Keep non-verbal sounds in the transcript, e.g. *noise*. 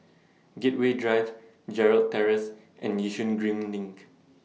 *noise* Gateway Drive Gerald Terrace and Yishun Green LINK